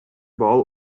ball